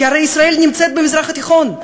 כי הרי ישראל נמצאת במזרח התיכון.